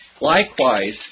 Likewise